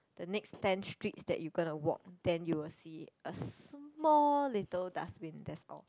the next ten streets that you gonna walk then you will see a small little dust bin that's all